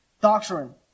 Doctrine